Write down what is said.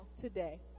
today